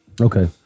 Okay